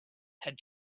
had